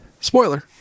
Spoiler